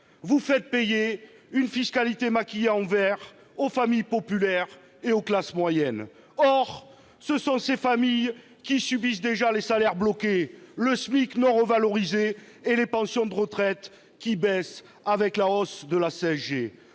Vous faites payer une fiscalité maquillée en vert aux familles populaires et aux classes moyennes. Or ce sont ces familles qui subissent déjà les salaires bloqués et la non-revalorisation du SMIC, et qui voient leurs pensions de retraite baisser avec la hausse de la CSG,